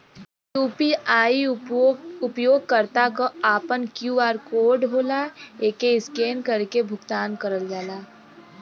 हर UPI उपयोगकर्ता क आपन क्यू.आर कोड होला एके स्कैन करके भुगतान करल जाला